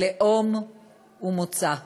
לאום ומוצא".